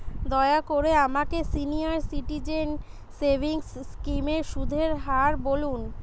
দয়া করে আমাকে সিনিয়র সিটিজেন সেভিংস স্কিমের সুদের হার বলুন